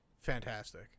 fantastic